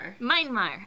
Myanmar